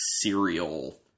cereal